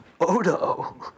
Odo